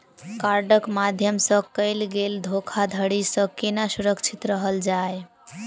कार्डक माध्यम सँ कैल गेल धोखाधड़ी सँ केना सुरक्षित रहल जाए?